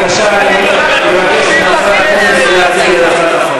אני מבקש מהשר אקוניס להציג את הצעת החוק.